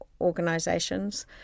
organisations